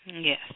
Yes